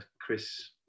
Chris